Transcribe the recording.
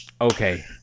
Okay